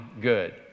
good